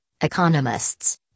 economists